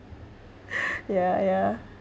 ya ya